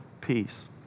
peace